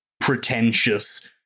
pretentious